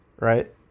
right